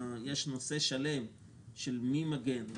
יש נושא שלם של מי מגן,